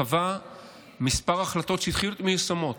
קבע כמה החלטות שהתחילו להיות מיושמות.